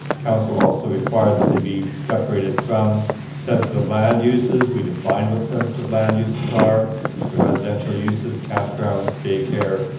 council also required that they be separated from sensitive land uses. we defined what sensitive land uses are. the residential uses, campgrounds, daycare,